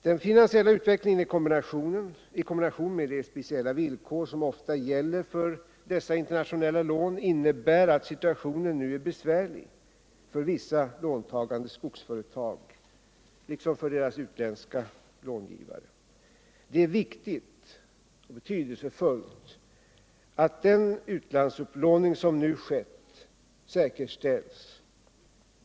Den finansiella utvecklingen i kombination med de speciella villkor som ofta gäller för dessa internationella lån innebär att situationen nu är besvärlig för vissa låntagande skogsföretag liksom för deras utländska långivare. Det är viktigt och betydelsefullt att den utlandsupplåning som nu skett säkerställs.